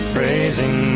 Praising